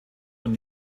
und